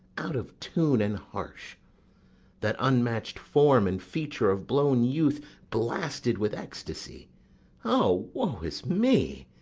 out of tune and harsh that unmatch'd form and feature of blown youth blasted with ecstasy o, woe is me,